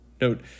Note